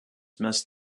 must